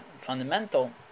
fundamental